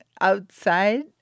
outside